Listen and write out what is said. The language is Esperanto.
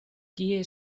kie